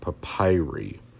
papyri